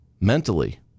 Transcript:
mentally